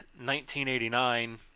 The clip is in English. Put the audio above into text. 1989